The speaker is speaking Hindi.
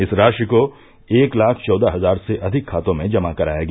इस राशि को एक लाख चौदह हजार से अधिक खातों में जमा कराया गया